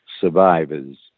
survivors